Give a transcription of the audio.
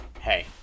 Hey